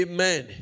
Amen